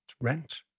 Rent